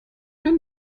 ein